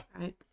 right